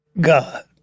God